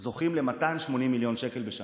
הם זוכים ל-280 מיליון שקל בשנה.